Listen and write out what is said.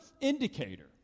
indicator